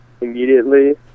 immediately